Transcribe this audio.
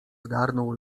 zgarnął